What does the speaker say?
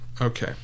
Okay